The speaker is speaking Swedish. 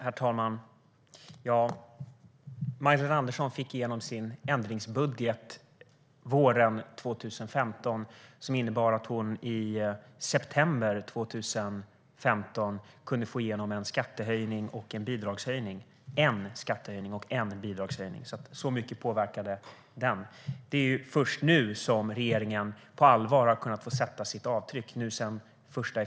Herr talman! Ja, Magdalena Andersson fick igenom sin ändringsbudget våren 2015, som innebar att hon i september 2015 kunde få igenom en skattehöjning och en bidragshöjning - en skattehöjning och en bidragshöjning. Så mycket påverkade den. Det är först sedan den 1 januari 2016 som regeringen på allvar har kunnat sätta sitt avtryck.